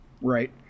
Right